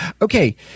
Okay